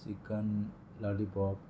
chicken lollipop